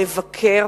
לבקר,